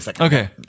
Okay